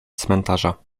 cmentarza